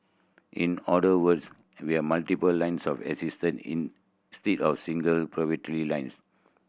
in other words we have multiple lines of assistance instead of single poverty line